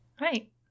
Right